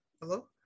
hello